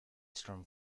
storm